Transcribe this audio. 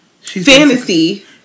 Fantasy